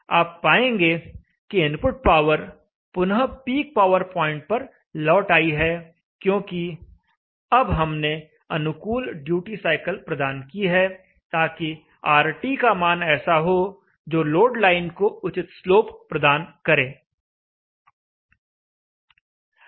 आप पाएंगे कि इनपुट पावर पुनः पीक पावर पॉइंट पर लौट आई है क्योंकि अब हमने अनुकूल ड्यूटी साइकिल प्रदान की है ताकि RT का मान ऐसा हो जो लोड लाइन को उचित स्लोप प्रदान करे